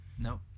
Nope